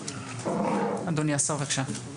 אדוני השר, בבקשה.